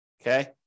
Okay